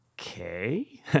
okay